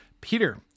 Peter